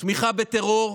תמיכה בטרור,